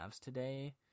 today